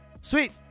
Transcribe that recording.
Sweet